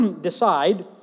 decide